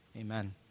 Amen